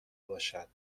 باشد